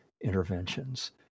interventions